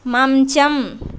మంచం